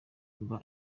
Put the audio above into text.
mba